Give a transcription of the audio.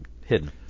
Hidden